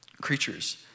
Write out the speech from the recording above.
creatures